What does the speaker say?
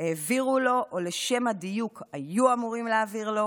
העבירו לו, או לשם דיוק היו אמורים להעביר לו,